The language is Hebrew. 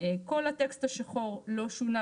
כל הטקסט השחור לא שונה.